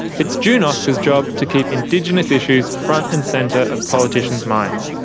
it's june oscar's job to keep indigenous issues front and centre of politicians' minds.